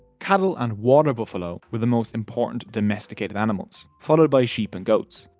cattle and water buffalo were the most important domesticated animals. followed by sheep and goats.